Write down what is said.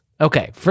Okay